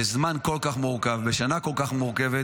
בזמן כל כך מורכב, בשנה כל כך מורכבת,